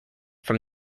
from